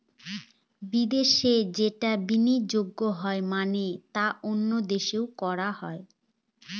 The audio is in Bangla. বিদেশে যে বিনিয়োগ হয় মানে তা অন্য দেশে করা হয়